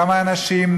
כמה אנשים,